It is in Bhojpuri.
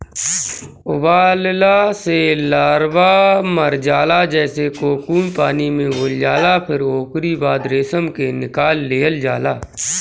उबालला से लार्वा मर जाला जेसे कोकून पानी में घुल जाला फिर ओकरी बाद रेशम के निकाल लिहल जाला